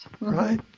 Right